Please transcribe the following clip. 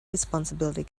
responsibility